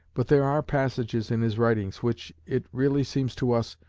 but there are passages in his writings which, it really seems to us,